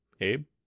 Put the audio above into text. Abe